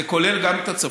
זה כולל גם את הצפון.